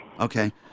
Okay